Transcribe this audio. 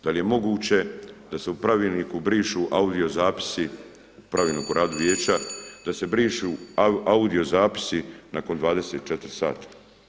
Da li je moguće da se u pravilniku brišu audio zapisi, Pravilniku o radu vijeća da se brišu audio zapisi nakon 24 sata.